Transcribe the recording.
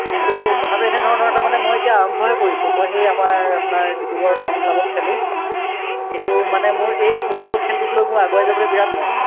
কিন্তু কথাটো এনেধৰণৰ তাৰমানে মই এতিয়া আৰম্ভহে কৰিছোঁ মই সেই আমাৰ আপোনাৰ ডিব্ৰুগড় টাউন ক্লাৱত খেলোঁ কিন্তু মানে মোৰ এই ফুটবল খেলটোক লৈ মোৰ আগুৱাই যাবলৈ বিৰাট মন